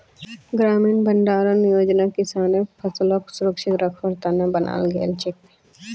ग्रामीण भंडारण योजना किसानेर फसलक सुरक्षित रखवार त न बनाल गेल छेक